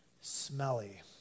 smelly